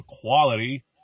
quality